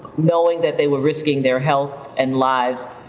knowing that they were risking their health and lives.